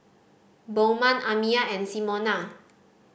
Bowman Amiah and Simona